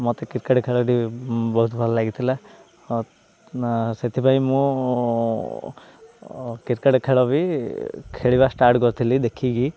ମୋତେ କ୍ରିକେଟ୍ ଖେଳ ଟି ବହୁତ ଭଲ ଲାଗିଥିଲା ସେଥିପାଇଁ ମୁଁ କ୍ରିକେଟ୍ ଖେଳ ବି ଖେଳିବା ଷ୍ଟାର୍ଟ କରିଥିଲି ଦେଖିକି